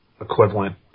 equivalent